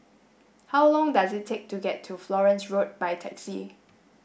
how long does it take to get to Florence Road by taxi